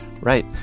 Right